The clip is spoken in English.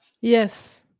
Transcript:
Yes